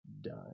done